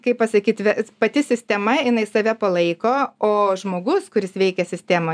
kaip pasakyti pati sistema jinai save palaiko o žmogus kuris veikia sistemoj